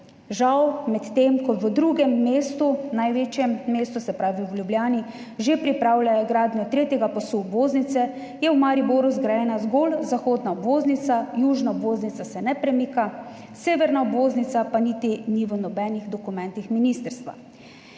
Žal. Medtem ko v drugem mestu, največjem mestu, se pravi v Ljubljani, že pripravljajo gradnjo tretjega pasu obvoznice, je v Mariboru zgrajena zgolj zahodna obvoznica, južna obvoznica se ne premika, severne obvoznice pa niti ni v nobenih dokumentih ministrstva.